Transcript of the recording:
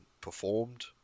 performed